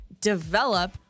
develop